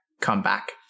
comeback